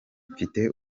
mfite